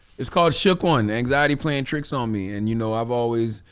it's called shook one anxiety playing tricks on me and you know i've always,